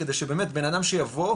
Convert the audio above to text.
כדי שבאמת בן אדם שיבוא,